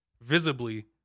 visibly